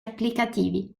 applicativi